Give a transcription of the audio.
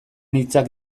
hitzak